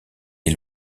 des